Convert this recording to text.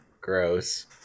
gross